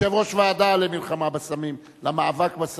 יושב-ראש הוועדה למאבק בסמים היום.